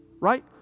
Right